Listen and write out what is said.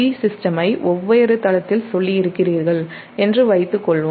Gsystem ஐ வெவ்வேறு தளத்தில் சொல்லியிருக்கிறீர்கள் என்று வைத்துக்கொள்வோம்